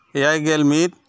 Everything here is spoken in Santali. ᱮᱭᱟᱭ ᱜᱮᱞ ᱢᱤᱫ